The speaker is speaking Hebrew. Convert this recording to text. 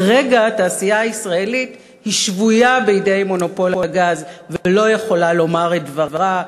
כרגע התעשייה הישראלית שבויה בידי מונופול הגז ולא יכולה לומר את דברה,